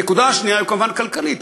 הנקודה השנייה היא כמובן כלכלית.